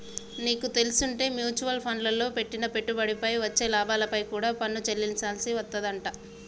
నీకు తెల్సుంటే మ్యూచవల్ ఫండ్లల్లో పెట్టిన పెట్టుబడిపై వచ్చే లాభాలపై కూడా పన్ను చెల్లించాల్సి వత్తదంట